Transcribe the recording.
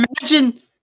imagine